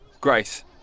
Grace